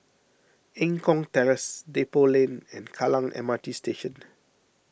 Eng Kong Terrace Depot Lane and Kallang M R T Station